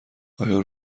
آیا